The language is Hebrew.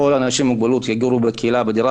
כל האנשים עם מוגבלות שיגורו בקהילה בדירה